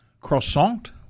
croissant